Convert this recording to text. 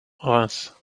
reims